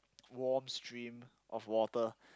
warm stream of water